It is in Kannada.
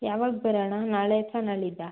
ಯಾವಾಗ ಬರೋಣ ನಾಳೆ ಅಥ್ವಾ ನಾಡಿದ್ದ